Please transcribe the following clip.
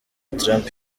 trump